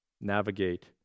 navigate